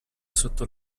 sotto